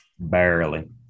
Barely